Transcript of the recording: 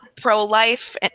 pro-life